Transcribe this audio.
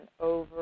over